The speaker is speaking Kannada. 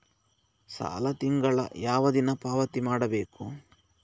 ಸಾಲ ತಿಂಗಳ ಯಾವ ದಿನ ಪಾವತಿ ಮಾಡಬೇಕು?